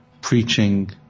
preaching